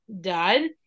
done